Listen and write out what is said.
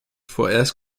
vorerst